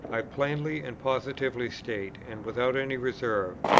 i plainly and positively state, and without any reserve,